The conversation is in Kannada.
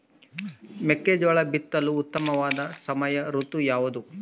ಮೆಕ್ಕೆಜೋಳ ಬಿತ್ತಲು ಉತ್ತಮವಾದ ಸಮಯ ಋತು ಯಾವುದು?